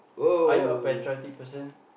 are you a patriotic person